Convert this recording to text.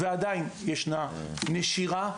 ועדיין ישנה נשירה.